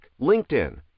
LinkedIn